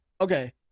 okay